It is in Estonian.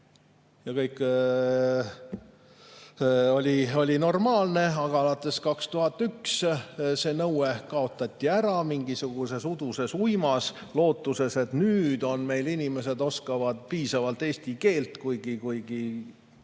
ja kõik oli normaalne. Aga alates 2001 see nõue kaotati ära mingisuguses uduses uimas, lootuses, et nüüd meil inimesed oskavad piisavalt eesti keelt, kuigi